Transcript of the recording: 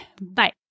Bye